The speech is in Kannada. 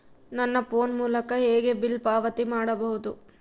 ನನ್ನ ಫೋನ್ ಮೂಲಕ ಹೇಗೆ ಬಿಲ್ ಪಾವತಿ ಮಾಡಬಹುದು?